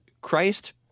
christ